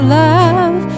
love